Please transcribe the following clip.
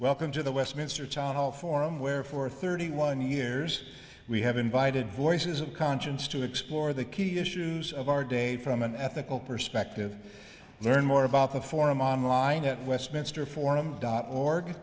welcome to the westminster town hall forum where for thirty one years we have invited voices of conscience to explore the key issues of our day from an ethical perspective learn more about the forum online at westminster forum dot org